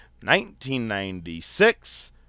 1996